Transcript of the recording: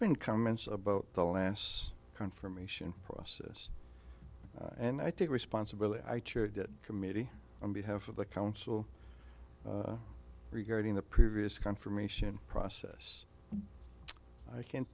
been comments about the last confirmation process and i think responsibility i chaired that committee on behalf of the council regarding the previous confirmation process i can